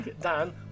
Dan